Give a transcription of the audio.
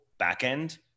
backend